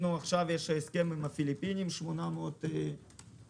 עכשיו יש הסכם עם הפיליפינים ל-800 עובדים,